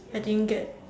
I didn't get